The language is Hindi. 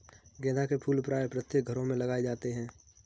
गेंदा के फूल प्रायः प्रत्येक घरों में लगाए जाते हैं